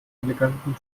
eleganten